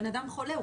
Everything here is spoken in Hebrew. בן אדם חולה,